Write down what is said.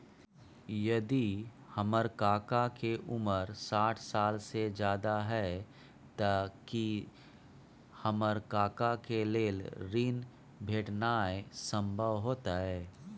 यदि हमर काका के उमर साठ साल से ज्यादा हय त की हमर काका के लेल ऋण भेटनाय संभव होतय?